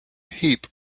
heap